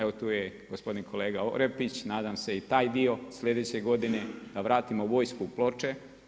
Evo tu je gospodin kolega Orepić, nadam se i taj dio sljedeće godine da vratimo vojsku u Ploče.